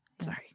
Sorry